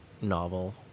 Novel